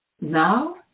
now